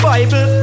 Bible